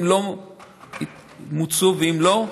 אם מוצו ואם לא,